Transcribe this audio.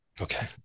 Okay